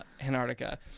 Antarctica